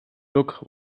look